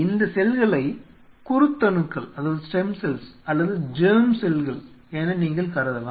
இந்த செல்களை குருத்தணுக்கள் அல்லது ஜெர்ம் செல்கள் என நீங்கள் கருதலாம்